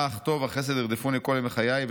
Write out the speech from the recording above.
אך טוב וחסד ירדפוני כל ימי חיי.